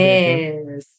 Yes